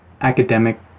academic